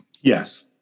Yes